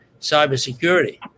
cybersecurity